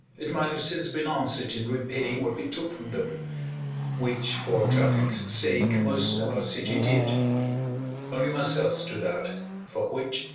it might have since been answer'd in repaying what we took from them which, for traffic's sake, most of our city did only myself stood out for which,